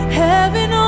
heaven